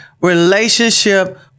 relationship